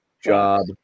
job